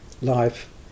life